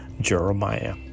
Jeremiah